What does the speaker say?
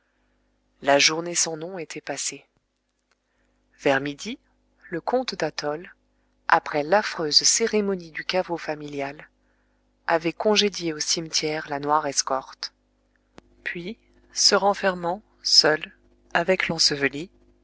la journée sans nom était passée vers midi le comte d'athol après l'affreuse cérémonie du caveau familial avait congédié au cimetière la noire escorte puis se renfermant seul avec